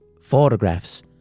photographs